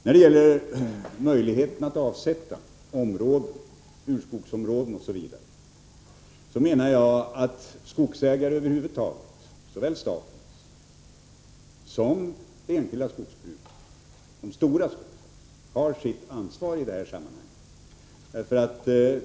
Jag menar att skogsägarna över huvud taget, såväl staten som enskilda stora skogsägare, har sitt ansvar när det gäller möjligheten att avsätta områden, urskogsområden osv.